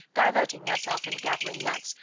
diverting herself in gathering nuts,